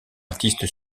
artiste